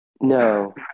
No